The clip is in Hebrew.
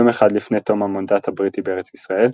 יום אחד לפני תום המנדט הבריטי בארץ ישראל,